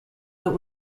but